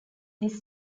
this